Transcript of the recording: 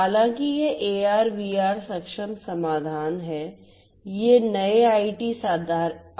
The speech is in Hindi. हालाँकि यह AR VR सक्षम समाधान है ये नए आईटी आधारित समाधान हैं